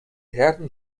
herren